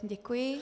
Děkuji.